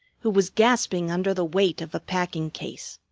who was gasping under the weight of a packing-case.